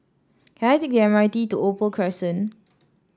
can I take the M R T to Opal Crescent